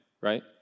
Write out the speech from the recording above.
right